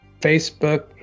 facebook